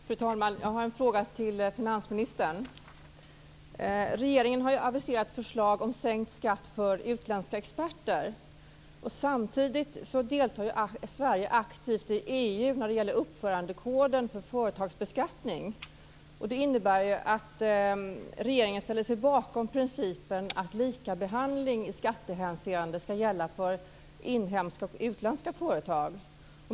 Fru talman! Jag har en fråga till finansministern. Regeringen har ju aviserat förslag om sänkt skatt för utländska experter. Samtidigt deltar Sverige aktivt i EU när det gäller uppförandekoden för företagsbeskattning. Det innebär att regeringen ställer sig bakom principen att likabehandling i skattehänseende ska gälla för inhemska och utländska företag.